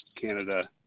Canada